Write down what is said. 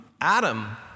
Adam